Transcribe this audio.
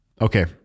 Okay